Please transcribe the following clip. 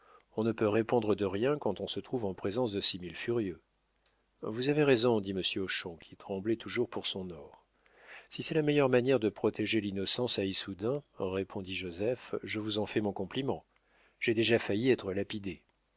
on ne peut répondre de rien quand on se trouve en présence de six mille furieux vous avez raison dit monsieur hochon qui tremblait toujours pour son or si c'est la meilleure manière de protéger l'innocence à issoudun répondit joseph je vous en fais mon compliment j'ai déjà failli être lapidé